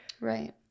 Right